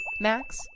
Max